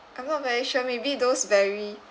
I'm not very sure maybe those very